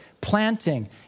planting